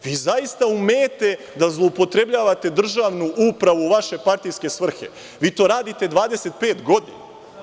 Vi zaista umete da zloupotrebljavate državnu upravu u vaše partijske svrhe, vi to radite 25 godina.